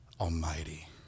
Almighty